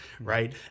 Right